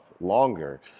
longer